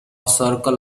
circle